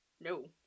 No